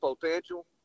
potential